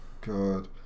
God